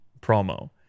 promo